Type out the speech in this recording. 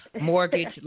mortgage